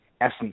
essence